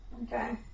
Okay